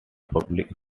public